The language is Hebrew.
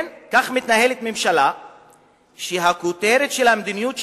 כן, כך מתנהלת הממשלה שהכותרת של המדיניות שלה: